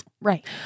right